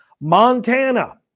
Montana